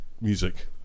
music